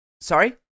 Sorry